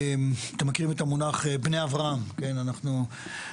אתה מכיר את המונח, בני אברהם, כן, אנחנו יודעים,